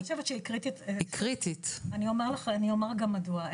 אני חושבת שהיא קריטית ואני אומר לך ואני אומר גם מדוע.